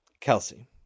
Kelsey